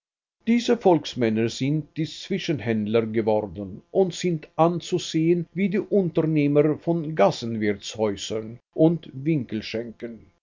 diese volksmänner sind die zwischenhändler geworden und sind anzusehen wie die unternehmer von gassenwirtshäusern und